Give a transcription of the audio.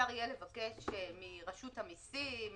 אפשר יהיה לבקש מרשות המיסים